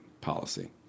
policy